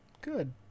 Good